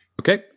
Okay